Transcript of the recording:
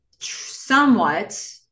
somewhat